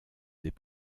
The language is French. des